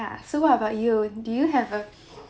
so what about you do you have a